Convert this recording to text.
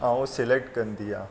ऐं सिलैक्ट कंदी आहे